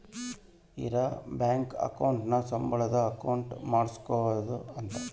ಇರ bank account ನ ಸಂಬಳದ್ ಅಕೌಂಟ್ ಮಾಡ್ಸೋದ ಅಂತ